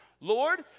Lord